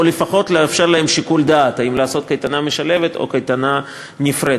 או לפחות לאפשר להם שיקול דעת אם לעשות קייטנה משלבת או קייטנה נפרדת.